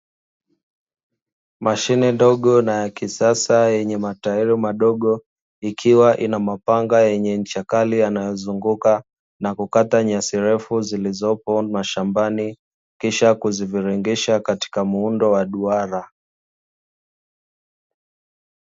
Mashine ndogo na ya kisasa yenye matairi madogo, ikiwa ina mapanga yenye ncha kali yanayozunguka kukata nyasi ndefu zilizopo mashambani kisha kuziviringisha katika muundo wa duara.